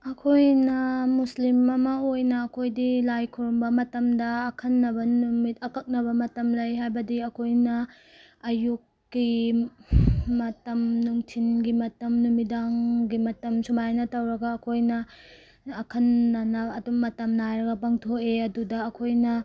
ꯑꯩꯈꯣꯏꯅ ꯃꯨꯁꯂꯤꯝ ꯑꯃ ꯑꯣꯏꯅ ꯑꯩꯈꯣꯏꯗꯤ ꯂꯥꯏ ꯈꯣꯏꯔꯝꯕ ꯃꯇꯝꯗ ꯑꯈꯟꯅꯕ ꯅꯨꯃꯤꯠ ꯑꯀꯛꯅꯕ ꯃꯇꯝ ꯂꯩ ꯍꯥꯏꯕꯗꯤ ꯑꯩꯈꯣꯏꯅ ꯑꯌꯨꯛꯀꯤ ꯃꯇꯝ ꯅꯨꯡꯊꯤꯜꯒꯤ ꯃꯇꯝ ꯅꯨꯃꯤꯗꯥꯡꯒꯤ ꯃꯇꯝ ꯁꯨꯃꯥꯏꯅ ꯇꯧꯔꯒ ꯑꯩꯈꯣꯏꯅ ꯑꯈꯟꯅꯅ ꯑꯗꯨꯝ ꯃꯇꯝ ꯅꯥꯏꯔꯒ ꯄꯥꯡꯊꯣꯛꯏ ꯑꯗꯨꯗ ꯑꯩꯈꯣꯏꯅ